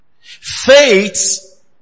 Faith